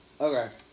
Okay